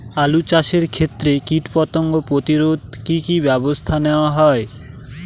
আলু চাষের ক্ষত্রে কীটপতঙ্গ প্রতিরোধে কি কী ব্যবস্থা নেওয়া হয়?